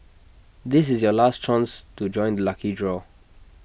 this is your last chance to join the lucky draw